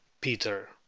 Peter